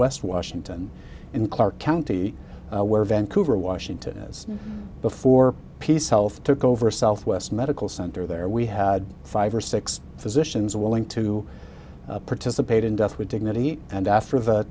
west washington in clark county where vancouver washington is before piece health took over south west medical center there we had five or six physicians willing to participate in